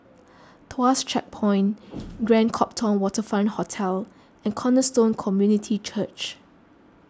Tuas Checkpoint Grand Copthorne Waterfront Hotel and Cornerstone Community Church